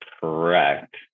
correct